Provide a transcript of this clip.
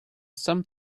some